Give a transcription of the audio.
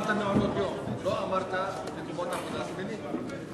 ואמרת מעונות-יום, לא אמרת מקומות עבודה זמינים.